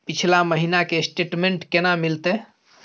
पिछला महीना के स्टेटमेंट केना मिलते?